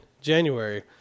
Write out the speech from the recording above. January